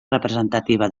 representativa